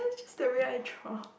it's just the way I draw